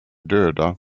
döda